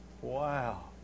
Wow